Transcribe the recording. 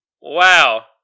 Wow